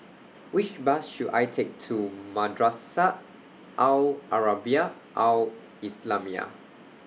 Which Bus should I Take to Madrasah Al Arabiah Al Islamiah